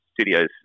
studios